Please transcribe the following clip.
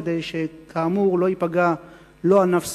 כדי שכאמור לא ייפגע לא ענף ספורט,